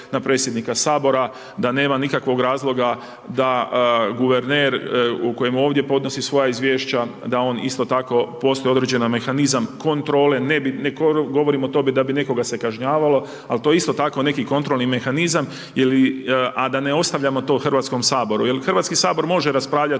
na predsjednika Sabora, da nema nikakvog razloga, da guverner u kojem ovdje podnosi svoja izvješća, da on, isto tako, postoji određeni mehanizam kontrole, ne govorim o tome da bi nekoga se kažnjavalo, ali to je isto tako neki kontrolni mehanizam, a da ne ostavljamo to Hrvatskom saboru. Jer Hrvatski sabor može raspravljati